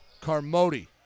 Carmody